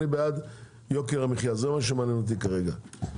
אני בעד יוקר המחייה, וזה מה שהמעניין אותי כרגע.